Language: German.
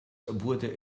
wurde